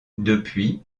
depuis